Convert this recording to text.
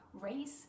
race